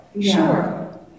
sure